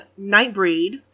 Nightbreed